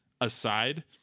aside